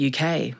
UK